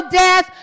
death